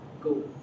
go